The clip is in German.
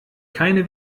keine